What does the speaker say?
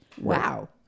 Wow